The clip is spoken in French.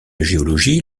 géologie